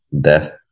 death